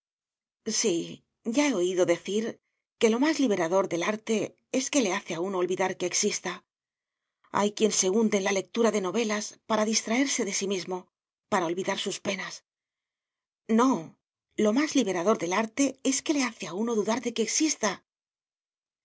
sí ya he oído decir que lo más liberador del arte es que le hace a uno olvidar que exista hay quien se hunde en la lectura de novelas para distraerse de sí mismo para olvidar sus penas no lo más liberador del arte es que le hace a uno dudar de que exista